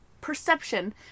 perception